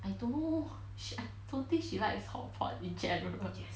I don't know she I don't think she likes hot pot in general